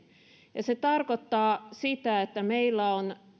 ja se tarkoittaa sitä että meillä on